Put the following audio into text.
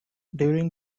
during